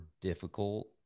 difficult